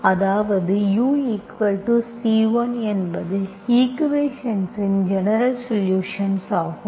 அதாவது uC1 என்பது equations இன் ஜெனரல்சொலுஷன்ஸ் ஆகும்